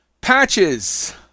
Patches